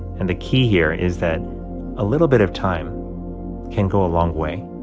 and the key here is that a little bit of time can go a long way.